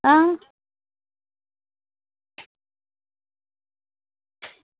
आं